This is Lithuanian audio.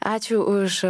ačiū už